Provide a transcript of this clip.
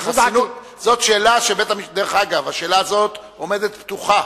זאת שאלה שבית-המשפט, השאלה הזאת עומדת פתוחה